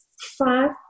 five